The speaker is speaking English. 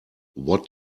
what